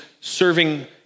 serving